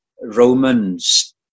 Romans